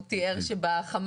הוא תיאר שבחמ"ל,